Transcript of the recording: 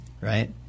right